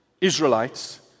Israelites